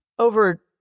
Over